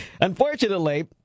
Unfortunately